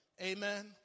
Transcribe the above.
Amen